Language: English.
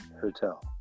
hotel